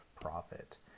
profit